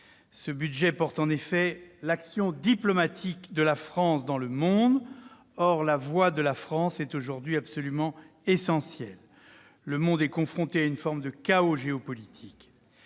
Ce budget porte en effet l'action diplomatique de la France dans le monde. Or la voix de la France est aujourd'hui absolument primordiale. Le monde est confronté à une forme de « chaos » géopolitique.